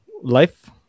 life